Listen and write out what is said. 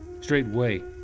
Straightway